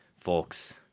folks